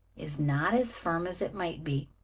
is not as firm as it might be.